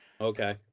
Okay